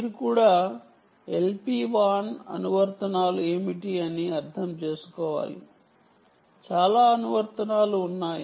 మీరు కూడా LPWAN అనువర్తనాలు ఏమిటి అని అర్థం చేసుకోవాలి చాలా అనువర్తనాలు ఉన్నాయి